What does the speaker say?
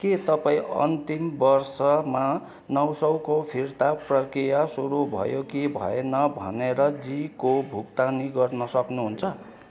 के तपाईँ अन्तिम वर्षमा नौ सौको फिर्ता प्रक्रिया सुरु भयो कि भएन भनेर जीको भुक्तानी गर्न सक्नुहुन्छ